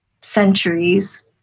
centuries